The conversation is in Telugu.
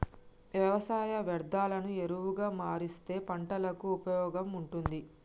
వ్యవసాయ వ్యర్ధాలను ఎరువుగా మారుస్తే పంటలకు ఉపయోగంగా ఉంటుంది